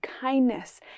kindness